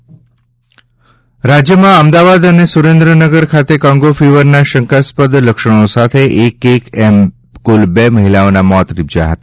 Congo fever રાજયમાં અમદાવાદ અને સુરેન્દ્રનગર ખાતે કોંગો ફિવરના શંકાસ્પદ લક્ષણો સાથે એક એક એમ બે મહિલાઓના મોત નિપજયા હતા